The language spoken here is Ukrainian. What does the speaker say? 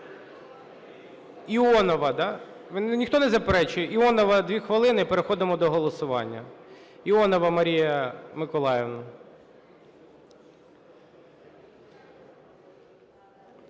Іонова, да? Ніхто не заперечує? Іонова – 2 хвилини. І переходимо до голосування. Іонова Марія Миколаївна.